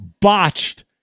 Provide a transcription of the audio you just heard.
botched